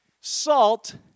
Salt